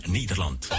Nederland